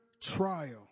trial